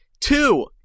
Two